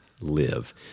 live